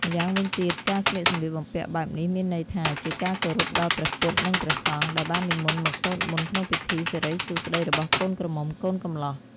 ម្យ៉ាងវិញទៀត ការស្លៀកសម្លៀកបំពាក់បែបនេះមានន័យថា ជាការគោរពដល់ព្រះពុទ្ធ និងព្រះសង្ឃ ដែលបាននិមន្តមកសូត្រមន្តក្នុងពិធីសិរីសួស្តីរបស់កូនក្រមុំកូនកម្លោះ។